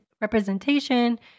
representation